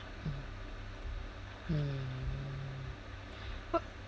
mm mm what